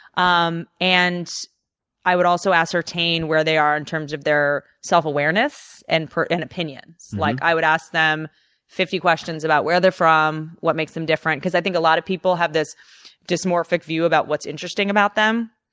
um and i would also ascertain where they are in terms of their self awareness and and opinions. like i would ask them fifty questions about where they're from, what makes them different. because i think a lot of people have this dysmorphic view about what's interesting about them.